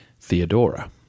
Theodora